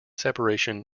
separation